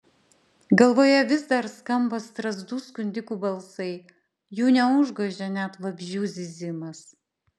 galvoje vis dar skamba strazdų skundikų balsai jų neužgožia net vabzdžių zyzimas